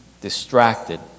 distracted